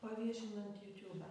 paviešinant jiutiūbe